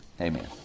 Amen